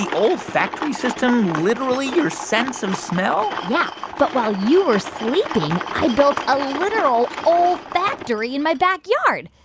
ah olfactory system literally your sense of smell? yeah. but while you were sleeping, i built a literal olfactory in my backyard.